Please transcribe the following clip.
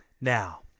Now